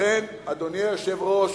לכן, אדוני היושב-ראש,